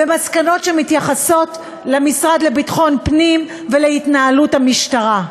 ומסקנות שמתייחסות למשרד לביטחון פנים ולהתנהלות המשטרה.